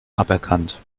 aberkannt